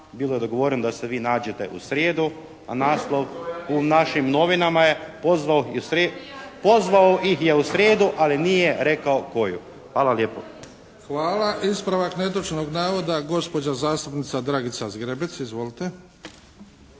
Bilo je dogovoreno da se vi nađete u srijedu a naslov u našim novinama je "Pozvao ih je u srijedu ali nije rekao koju.". Hvala lijepo. **Bebić, Luka (HDZ)** Hvala. Ispravak netočnog navoda gospođa zastupnica Dragica Zgrebec. Izvolite.